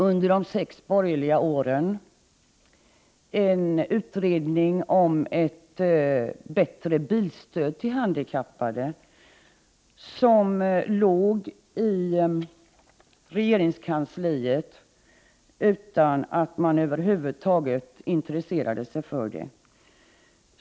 Under de sex borgerliga åren fanns det en utredning om ett bättre bilstöd till handikappade, en utredning som låg i regeringskansliet utan att man över huvud taget intresserade sig för den.